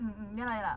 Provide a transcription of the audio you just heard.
mm mm ya lah ya lah